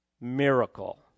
miracle